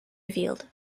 revealed